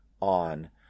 on